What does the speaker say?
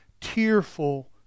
Tearful